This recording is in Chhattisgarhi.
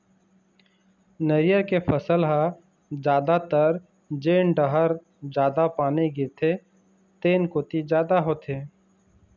नरियर के फसल ह जादातर जेन डहर जादा पानी गिरथे तेन कोती जादा होथे